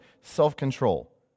self-control